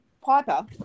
Piper